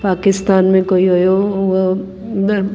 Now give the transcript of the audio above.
पाकिस्तान में कोई वियो हो हुअ हुन